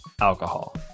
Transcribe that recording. alcohol